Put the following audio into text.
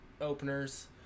openers